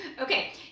okay